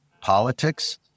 politics